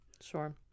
sure